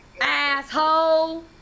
Asshole